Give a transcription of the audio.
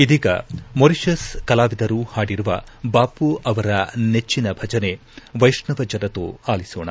ಇದೀಗ ಮೊರಿಷಿಯಸ್ ಕಲಾವಿದರು ಹಾಡಿರುವ ಬಾಮ ಅವರ ನೆಚ್ಚಿನ ಭಜನೆ ವೈಷ್ಣವೊ ಜನತೊ ಆಲಿಸೋಣ